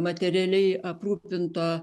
materialiai aprūpinto